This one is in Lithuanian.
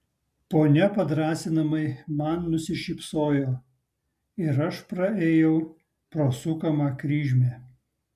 ponia padrąsinamai man nusišypsojo ir aš praėjau pro sukamą kryžmę